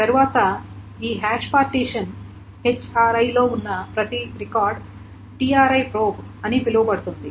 తరువాత ఈ hash partition లో ఉన్న ప్రతి రికార్డ్ Tri ప్రోబ్ అని పిలువబడుతుంది